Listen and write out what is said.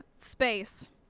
Space